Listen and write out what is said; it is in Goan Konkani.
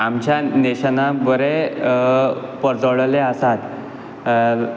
आमच्या नेशनाक बरे पोरजोळ्ळोले आसात